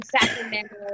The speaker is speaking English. Sacramento